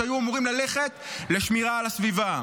שהיו אמורים ללכת לשמירה על הסביבה.